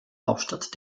hauptstadt